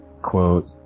Quote